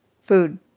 Food